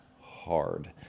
hard